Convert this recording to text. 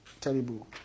terrible